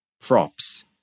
props